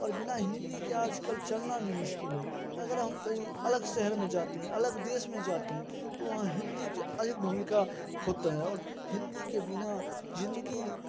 और बिना हिंदी के आजकल चलना भी मुश्किल है अगर हम कहीं अलग शहर में जाते हैं अलग देश में जाते हैं तो वहाँ हिंदी की अधिक भूमिका होता है और हिन्दी के बिना ज़िंदगी